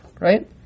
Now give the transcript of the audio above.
right